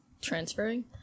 transferring